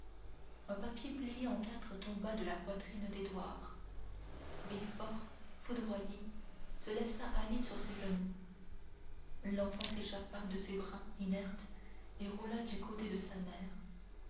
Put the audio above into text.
un papier plié en quatre tomba de la poitrine d'édouard villefort foudroyé se laissa aller sur ses genoux l'enfant s'échappa de ses bras inertes et roula du côté de sa mère